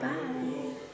bye